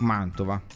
Mantova